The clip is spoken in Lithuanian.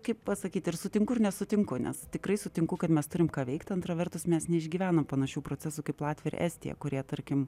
kaip pasakyt ir sutinku ir nesutinku nes tikrai sutinku kad mes turim ką veikt antra vertus mes neišgyvenom panašių procesų kaip latvija ir estija kurie tarkim